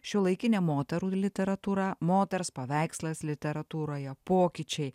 šiuolaikinė moterų literatūra moters paveikslas literatūroje pokyčiai